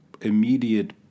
immediate